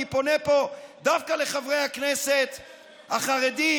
אני פונה פה דווקא לחברי הכנסת החרדים,